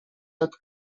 tot